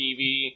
TV